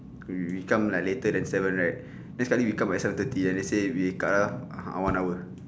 we we come like later than seven right then sekali we come at seven thirty then they say we cut off one hour